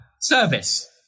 service